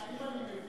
האם אני מבין,